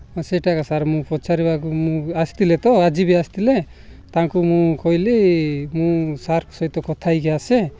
ହଁ ସେଇଟା ଏକା ସାର୍ ମୁଁ ପଚାରିବାକୁ ମୁଁ ଆସିଥିଲେ ତ ଆଜି ବି ଆସିଥିଲେ ତାଙ୍କୁ ମୁଁ କହିଲି ମୁଁ ସାର୍ ସହିତ କଥା ହୋଇକି ଆସେ